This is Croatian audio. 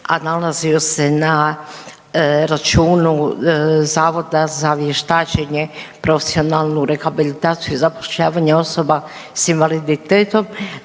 a nalazio se na računu Zavoda za vještačenje, profesionalnu rehabilitaciju, zapošljavanje osoba sa invaliditetom